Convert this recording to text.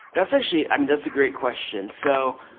that's actually, i mean, that's a great question. so,